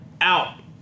out